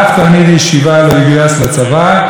וצריך לעשות את זה בצורה מסודרת וחוקית.